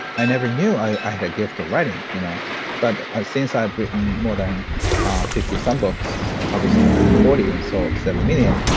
i never knew i had a gift of writing, you know but ah since i've written more than fifty some books, published one hundred and forty and sold seven million,